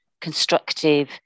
constructive